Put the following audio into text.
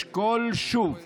לשקול שוב